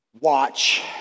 Watch